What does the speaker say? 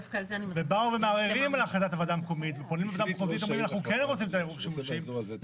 ובאו לערער והוועדה המחוזית אומרת שהיא כן רוצה את העירוב שימושים,